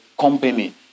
company